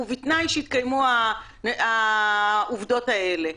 ובתנאי שיתקיימו העובדות האלה.